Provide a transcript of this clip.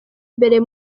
imbere